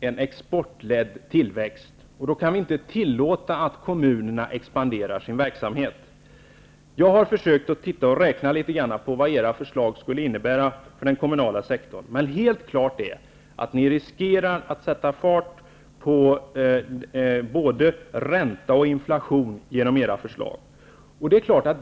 en exportledd tillväxt, och då kan vi inte tillåta att kommunerna expanderar sin verksamhet. Jag har försökt att räkna litet grand på vad era förslag skulle innebära för den kommunala sektorn, och helt klart är att ni riskerar att sätta fart på både ränta och inflation med era förslag.